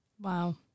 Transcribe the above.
Wow